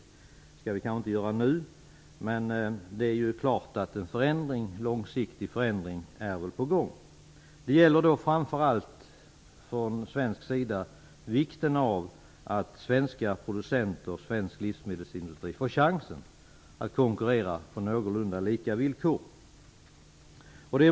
Det skall vi kanske inte göra nu, men det är klart att en långsiktig förändring är på gång. Det gäller då framför allt från svensk sida vikten av att svenska producenter, svensk livsmedelsindustri, får chansen att konkurrera på någorlunda lika villkor.